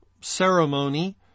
ceremony